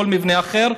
או כל מבנה אחר,